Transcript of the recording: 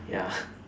ya